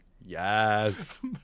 Yes